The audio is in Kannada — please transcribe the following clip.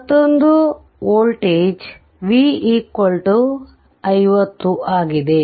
ಮತ್ತೊಂದು ಒಂದು ವೋಲ್ಟೇಜ್ V 50v ಆಗಿದೆ